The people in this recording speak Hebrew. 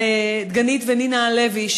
על דגנית ונינה הלוי,